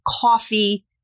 coffee